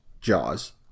Jaws